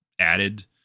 added